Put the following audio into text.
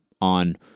on